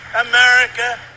America